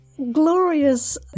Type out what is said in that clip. Glorious